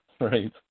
Right